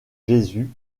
jésus